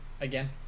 again